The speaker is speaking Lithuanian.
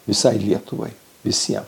visai lietuvai visiem